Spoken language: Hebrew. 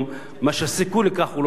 והסיכוי לכך לא גדול,